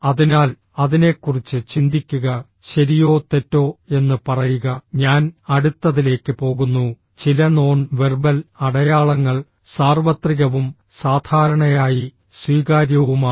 അതിനാൽ അതിനെക്കുറിച്ച് ചിന്തിക്കുക ശരിയോ തെറ്റോ എന്ന് പറയുക ഞാൻ അടുത്തതിലേക്ക് പോകുന്നു ചില നോൺ വെർബൽ അടയാളങ്ങൾ സാർവത്രികവും സാധാരണയായി സ്വീകാര്യവുമാണ്